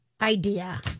idea